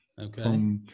Okay